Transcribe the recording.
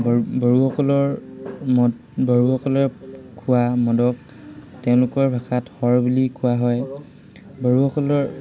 বড় বড়োসকলৰ মদ বড়োসকলৰ খোৱা মদক তেওঁলোকৰ ভাষাত শৰ বুলি কোৱা হয় বড়োসকলৰ